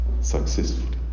successfully